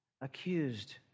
accused